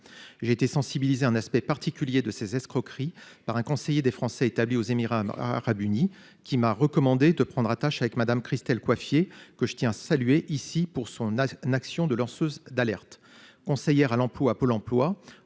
J'ai été sensibilisé un aspect particulier de ces escroqueries par un conseiller des Français établis aux Émirats Arabes Unis qui m'a recommandé de prendre attache avec madame Christelle Coiffier que je tiens à saluer ici pour son à une action de lanceuse d'alerte conseillère à l'emploi, Pôle emploi